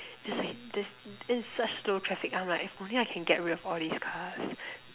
there's like this this such slow traffic I'm like if only I can get rid of all these cars